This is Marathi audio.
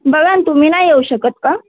बघा ना तुम्ही नाही येऊ शकत का